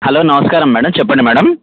hello నమస్కారం madam చెప్పండి madam